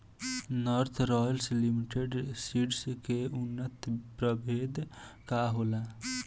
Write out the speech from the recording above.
North royal limited seeds के उन्नत प्रभेद का होला?